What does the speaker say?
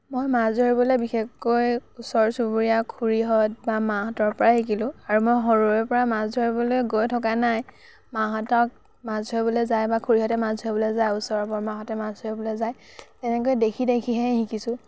মই মাছ ধৰিবলৈ বিশেষকৈ ওচৰ চুবুৰীয়া খুৰীহঁত বা মাহঁতৰ পৰাই শিকিলোঁ আৰু মই সৰুৰে পৰাই মাছ ধৰিবলৈ গৈ থকা নাই মাহঁতক মাছ ধৰিবলৈ যায় বা খুৰীহঁতে মাছ ধৰিবলৈ যায় ওচৰৰ বৰমাহঁতে মাছ ধৰিবলৈ যায় তেনেকৈ দেখি দেখিহে শিকিছোঁ